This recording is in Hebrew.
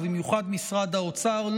ובמיוחד משרד האוצר,